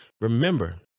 Remember